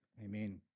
amen